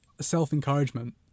self-encouragement